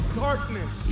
darkness